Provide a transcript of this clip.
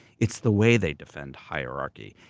it's the way they defend hierarchy,